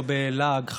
לא בלעג,